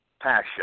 passion